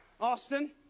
Austin